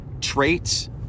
traits